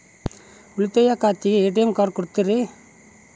ಉಳಿತಾಯ ಖಾತೆಗೆ ATM card ಕೊಡ್ತೇರಿ?